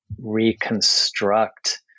reconstruct